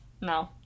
No